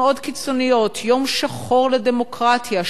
מאוד קיצוניות: יום שחור לדמוקרטיה,